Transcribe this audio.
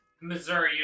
Missouri